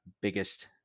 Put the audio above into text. biggest